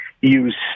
use